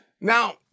Now